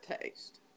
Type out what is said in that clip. taste